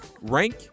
Rank